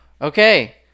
Okay